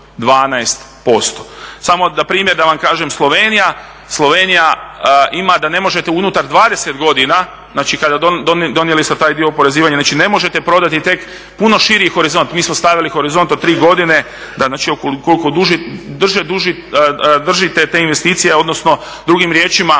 12%. Samo primjer da vam kažem. Slovenija ima da ne možete unutar 20 godina, znači donijeli ste taj dio oporezivanja, znači ne možete prodati tek puno širi je horizont, mi smo stavili horizont od 3 godine, znači ukoliko duže držite te investicije, odnosno drugim riječima